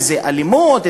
אם אלימות,